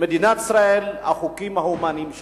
מדינת ישראל, החוקים ההומניים שלה.